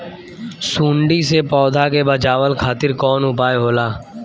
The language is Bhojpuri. सुंडी से पौधा के बचावल खातिर कौन उपाय होला?